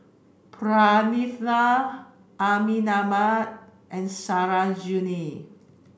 Pranav Amitabh and Sarojini